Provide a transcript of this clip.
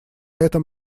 этом